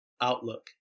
outlook